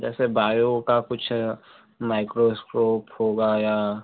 जैसे बायो का कुछ माइक्रॉइस्कोप होगा या